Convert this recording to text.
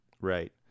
right